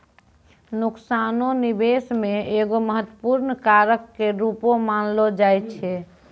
नुकसानो निबेश मे एगो महत्वपूर्ण कारक के रूपो मानलो जाय छै